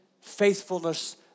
faithfulness